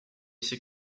c’est